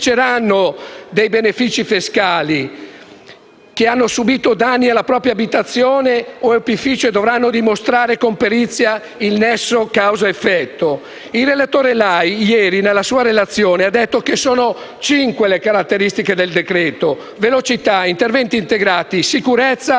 dei benefici fiscali: pur avendo subito danni a propria abitazione od opificio, dovranno dimostrare con perizia il nesso causa effetto. Il relatore Lai ieri, nella sua relazione, ha detto che sono cinque le caratteristiche del decreto-legge: velocità, interventi integrati, sicurezza,